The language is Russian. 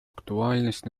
актуальность